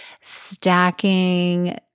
stacking